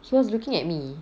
he was looking at me